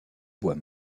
bois